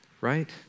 Right